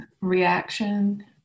reaction